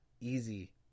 easy